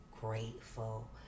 grateful